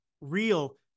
real